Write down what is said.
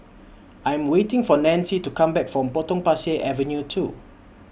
I'm waiting For Nancy to Come Back from Potong Pasir Avenue two